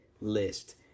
list